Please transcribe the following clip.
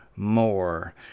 More